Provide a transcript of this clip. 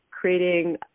creating